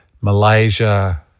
Malaysia